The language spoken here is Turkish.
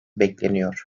bekleniyor